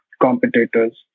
competitors